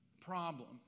problem